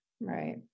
Right